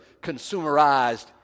consumerized